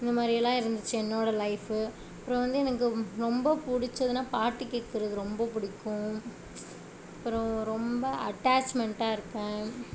இந்த மாதிரியெல்லாம் இருந்துச்சு என்னோட லைஃபு அப்புறம் வந்து எனக்கு ரொம்ப பிடிச்சதுனா பாட்டு கேட்கறது ரொம்ப பிடிக்கும் அப்புறம் ரொம்ப அட்டாச்மெண்ட்டாக இருப்பேன்